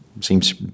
Seems